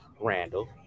Randall